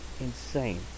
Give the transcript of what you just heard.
insane